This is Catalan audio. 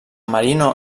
marino